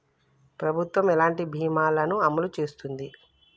ప్రభుత్వం ఎలాంటి బీమా ల ను అమలు చేస్తుంది?